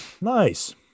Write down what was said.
Nice